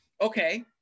okay